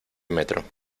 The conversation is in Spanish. metro